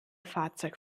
fahrzeug